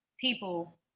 people